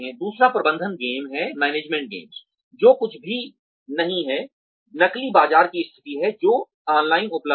दूसरा प्रबंधन गेम है जो कुछ भी नहीं है नकली बाज़ार की स्थिति है जो ऑनलाइन उपलब्ध हैं